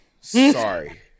sorry